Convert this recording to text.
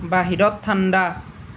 বাহিৰত ঠাণ্ডা